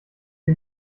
die